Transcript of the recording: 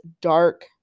dark